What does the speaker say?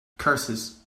curses